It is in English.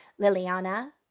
Liliana